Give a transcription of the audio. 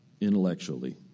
intellectually